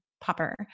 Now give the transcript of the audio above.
popper